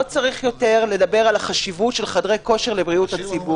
לא צריך יותר לדבר על החשיבות של חדרי הכושר לבריאות הציבור.